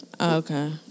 Okay